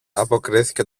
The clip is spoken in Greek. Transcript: αποκρίθηκε